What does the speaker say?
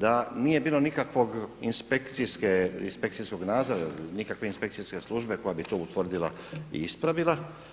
da nije bilo nikakvog, inspekcijske, inspekcijskog nadzora, nikakve inspekcijske službe koja bi to utvrdila i ispravila.